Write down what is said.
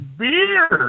beer